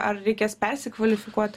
ar reikės persikvalifikuot